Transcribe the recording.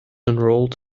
enrolled